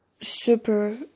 super